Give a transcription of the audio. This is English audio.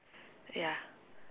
ya